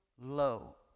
low